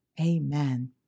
Amen